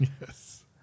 Yes